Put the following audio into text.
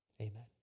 amen